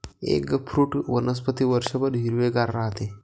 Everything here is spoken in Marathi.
एगफ्रूट वनस्पती वर्षभर हिरवेगार राहते